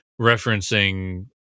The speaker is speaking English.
referencing